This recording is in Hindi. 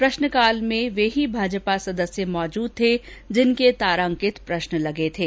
प्रष्नकाल में वे ही भाजपा सदस्य उपस्थित रहे जिनके तारांकित प्रष्न लगे थे